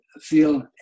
feel